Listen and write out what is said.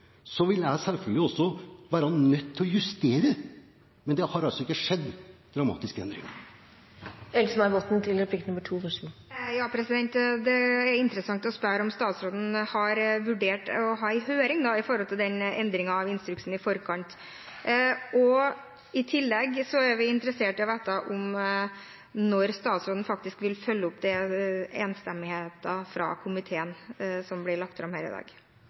vil jeg selvfølgelig også være nødt til å justere. Men det har ikke skjedd dramatiske endringer. Da er det interessant å spørre om statsråden vurderte å ha en høring i forkant når det gjelder den endringen av instruksen. I tillegg er vi interessert i å få vite når statsråden faktisk vil følge opp den enstemmige tilrådingen fra komiteen som blir lagt fram her i dag.